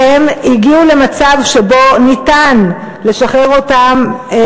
והם הגיעו למצב שבו ניתן לשחרר אותם,